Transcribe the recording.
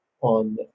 on